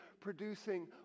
producing